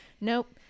Nope